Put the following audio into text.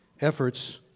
efforts